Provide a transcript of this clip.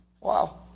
wow